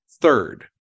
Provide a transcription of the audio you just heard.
Third